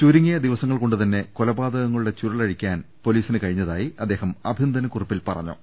ചുരുങ്ങിയ ദിവസങ്ങൾകൊണ്ടുതന്നെ കൊലപാതകങ്ങളുടെ ചുരുളഴിക്കാൻ പൊലീസിന് കഴിഞ്ഞ തായി അദ്ദേഹം അഭിനന്ദന കുറിപ്പിൽ പറഞ്ഞു